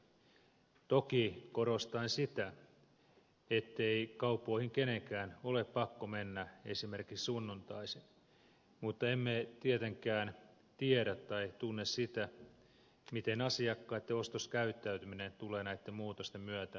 toki korostan sitä ettei kauppoihin kenenkään ole pakko mennä esimerkiksi sunnuntaisin mutta emme tietenkään tiedä tai tunne sitä miten asiakkaitten ostoskäyttäytyminen tulee näitten muutosten myötä muuttumaan